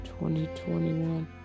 2021